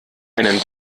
einen